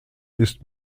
ist